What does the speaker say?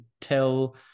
tell